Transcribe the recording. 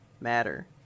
matter